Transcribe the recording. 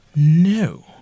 No